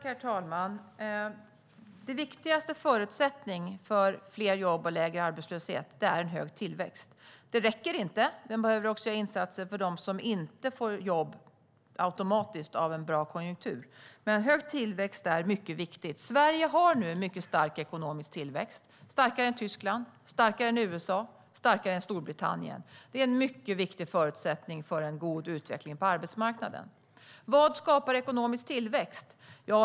Herr talman! Den viktigaste förutsättningen för fler jobb och lägre arbetslöshet är hög tillväxt. Men det räcker inte. Vi behöver också insatser för dem som inte får jobb automatiskt till följd av en bra konjunktur. Hög tillväxt är dock mycket viktigt. Sverige har nu en mycket stark ekonomisk tillväxt. Den är starkare än i Tyskland, starkare än i USA, starkare än i Storbritannien. Det är en mycket viktig förutsättning för en god utveckling på arbetsmarknaden. Vad skapar ekonomisk tillväxt?